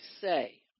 say